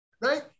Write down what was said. right